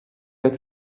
get